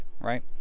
right